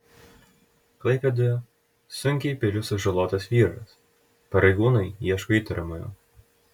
klaipėdoje sunkiai peiliu sužalotas vyras pareigūnai ieško įtariamojo